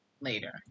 later